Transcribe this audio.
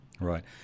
Right